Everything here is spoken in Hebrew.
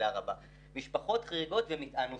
משפחות חריגות ומטען נוסף.